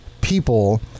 people